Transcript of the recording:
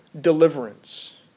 deliverance